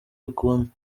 bikunda